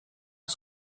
was